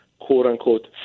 quote-unquote